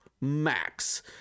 max